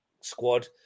squad